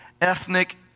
ethnic